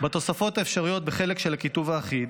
בתוספות האפשריות בחלק של הכיתוב האחיד,